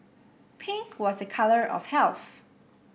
pink was a colour of health